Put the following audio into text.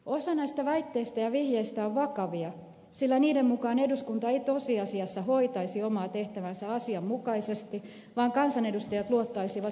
osa näistä väitteistä ja vihjeistä on vakavia sillä niiden mukaan eduskunta ei tosiasiassa hoitaisi omaa tehtäväänsä asianmukaisesti vaan kansanedustajat luottaisivat sokeasti hallitukseen